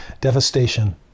devastation